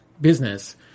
business